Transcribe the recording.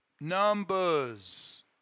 numbers